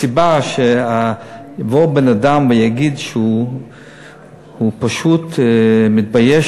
הסיבה שיבוא בן-אדם ויגיד שהוא פשוט מתבייש